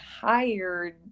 hired